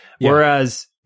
Whereas